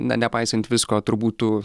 na nepaisant visko turbūt tų